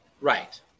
Right